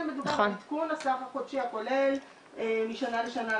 מדובר על עדכון הסך החודשי הכולל משנה לשנה,